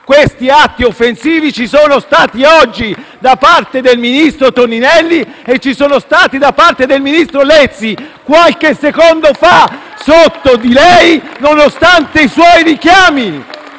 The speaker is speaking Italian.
Questi atti offensivi ci sono stati oggi, da parte del ministro Toninelli, prima, e da parte del ministro Lezzi qualche secondo fa, sotto di lei, nonostante i suoi richiami.